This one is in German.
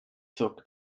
zog